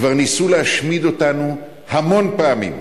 כבר ניסו להשמיד אותנו המון פעמים.